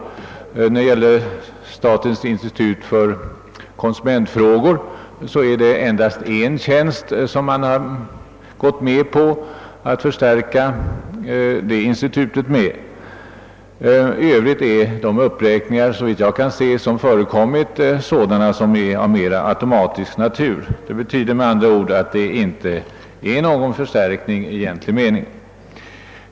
Man har endast gått med på att förstärka statens institut för konsumentfrågor med en tjänst. I övrigt är de uppräkningar som förekommit, såvitt jag kan se, av mera automatisk natur. Det betyder med andra ord att de inte ger någon förstärkning i egentlig mening.